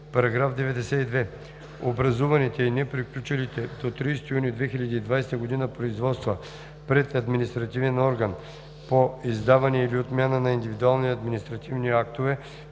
§ 92: „§ 92. Образуваните и неприключили до 30 юни 2020 г. производства пред административен орган по издаване или отмяна на индивидуални административни актове